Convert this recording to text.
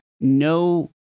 no